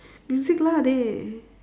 music lah dey